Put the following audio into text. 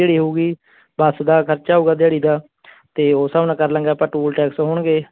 ਦਿਹਾੜੀ ਹੋਊਗੀ ਬੱਸ ਦਾ ਖਰਚਾ ਹੋਊਗਾ ਦਿਹਾੜੀ ਦਾ ਅਤੇ ਉਸ ਹਿਸਾਬ ਨਾਲ ਕਰ ਲਾਂਗੇ ਆਪਾਂ ਟੂਲ ਟੈਕਸ ਹੋਣਗੇ